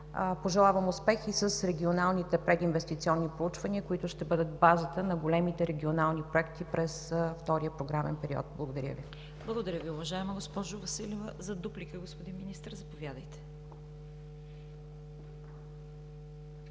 Пожелавам успех и с регионалните прединвестиционни проучвания, които ще бъдат базата на големите регионални проекти през втория програмен период. Благодаря Ви. ПРЕДСЕДАТЕЛ ЦВЕТА КАРАЯНЧЕВА: Благодаря Ви, уважаема госпожо Василева. За дуплика – господин Министър, заповядайте.